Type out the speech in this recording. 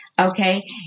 Okay